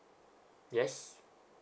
yes